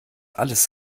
alles